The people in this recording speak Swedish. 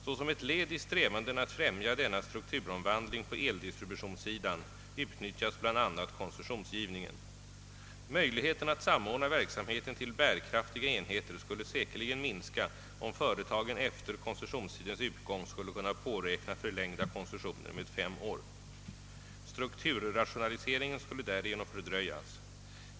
Såsom ett led i strävandena att främja denna strukturomvandling på eldistributionssidan utnyttjas bland annat koncessionsgivningen, Möjligheten att samordna verksamheten till bärkraftiga enheter skulle säkerligen minska, om företagen efter koncessionstidens utgång skulle kunna påräkna förlängda koncessioner med fem år. Strukturrationaliseringen skulle därigenom fördröjas.